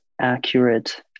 accurate